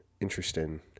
interesting